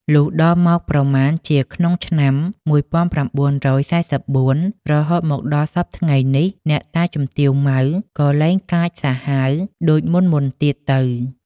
លុះដល់មកប្រមាណជាក្នុងឆ្នាំ ១៩៤៤ រហូតមកដល់សព្វថ្ងៃនេះ អ្នកតាជំទាវ ម៉ៅ ក៏លែងកាចសាហាវដូចមុនៗទៀតទៅ ។